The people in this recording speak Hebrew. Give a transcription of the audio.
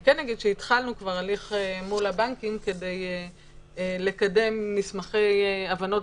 כבר התחלנו תהליך מול הבנקים כדי לקדם מסמכי הבנות